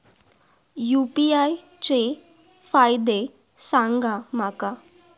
UPI चे फायदे सांगा माका?